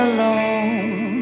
Alone